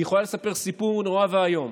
היא יכולה לספר סיפור נורא ואיום: